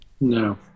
no